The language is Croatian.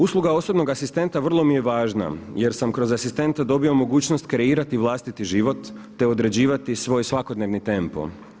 Usluga osobnog asistenta vrlo mi je važna jer sam kroz asistenta dobio mogućnost kreirati vlastiti život, te određivati svoj svakodnevni tempo.